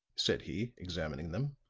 said he, examining them.